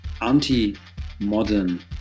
anti-modern